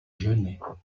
genêts